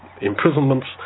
imprisonments